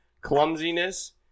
clumsiness